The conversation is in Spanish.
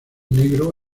negro